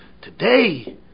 Today